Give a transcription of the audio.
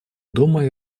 дома